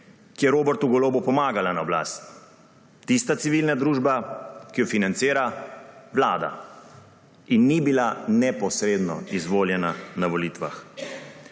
ki je Robertu Golobu pomagala na oblast. Tista civilna družba, ki jo financira vlada in ni bila neposredno izvoljena na volitvah.